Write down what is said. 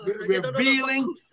revealing